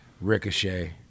Ricochet